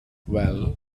well